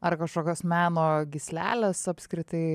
ar kažkokios meno gyslelės apskritai